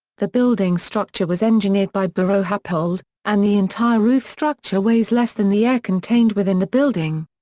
the building structure was engineered by buro happold, and the entire roof structure weighs less than the air contained within the building.